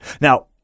Now